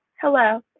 Hello